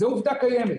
זו עובדה קיימת.